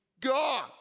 God